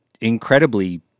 incredibly